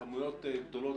כמויות גדולות,